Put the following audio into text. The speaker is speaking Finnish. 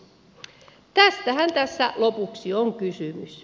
tästähän tässä lopuksi on kysymys